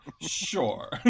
Sure